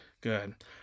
Good